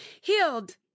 healed